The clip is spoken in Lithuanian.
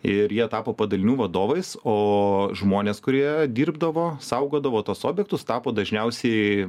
ir jie tapo padalinių vadovais o žmonės kurie dirbdavo saugodavo tuos objektus tapo dažniausiai